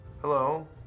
hello